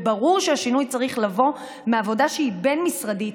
ברור שהשינוי צריך לבוא מעבודה שהיא בין-משרדית,